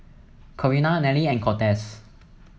Corina Nelly and Cortez